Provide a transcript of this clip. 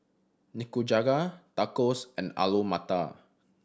Nikujaga Tacos and Alu Matar